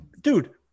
dude